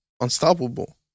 unstoppable